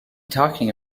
talking